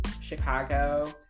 Chicago